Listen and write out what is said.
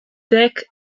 deck